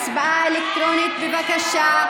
הצבעה אלקטרונית, בבקשה.